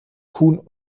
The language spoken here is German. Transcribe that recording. kuhn